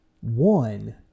one